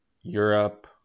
Europe